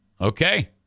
Okay